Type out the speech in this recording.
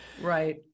Right